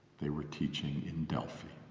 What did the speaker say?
they were teaching in delphi